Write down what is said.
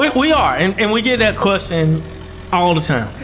we are. and and we get that question all the time.